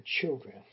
children